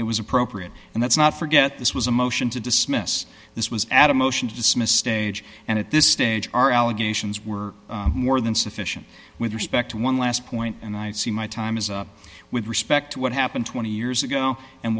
it was appropriate and that's not forget this was a motion to dismiss this was add a motion to dismiss stage and at this stage are allegations were more than sufficient with respect to one last point and i see my time is up with respect to what happened twenty years ago and